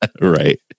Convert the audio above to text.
Right